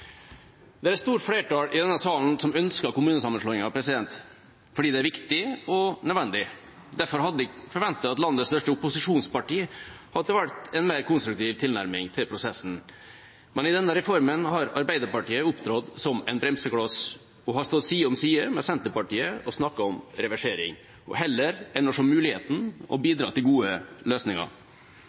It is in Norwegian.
Det er et stort flertall i denne salen som ønsker kommunesammenslåinger, fordi det er viktig og nødvendig. Derfor hadde jeg forventet at landets største opposisjonsparti hadde valgt en mer konstruktiv tilnærming til prosessen, men i denne reformen har Arbeiderpartiet opptrådt som en bremsekloss og stått side om side med Senterpartiet og snakket om reversering heller enn å se mulighetene og bidra til gode løsninger.